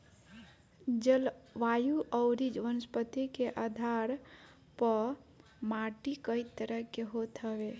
जलवायु अउरी वनस्पति के आधार पअ माटी कई तरह के होत हवे